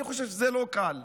אני חושב שזה לא קל.